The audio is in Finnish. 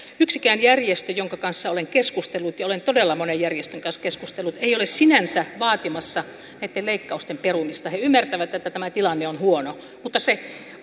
yksikään järjestö jonka kanssa olen keskustellut ja olen todella monen järjestön kanssa keskustellut ei ole sinänsä vaatimassa näitten leikkausten perumista he ymmärtävät että tämä tilanne on huono mutta se